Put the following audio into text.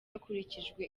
hakurikijwe